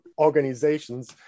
organizations